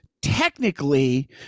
Technically